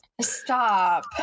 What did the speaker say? stop